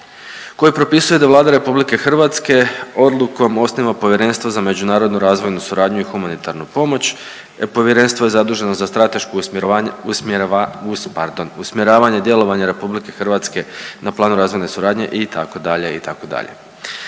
koji propisuje da Vlada RH odlukom osniva povjerenstvo za međunarodnu razvojnu suradnju i humanitarnu pomoć. Povjerenstvo je zaduženo za strateško usmjerovanje, pardon usmjeravanje djelovanja RH na planu razvojne suradnje itd.,